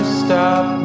stop